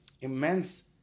immense